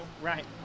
Right